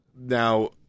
Now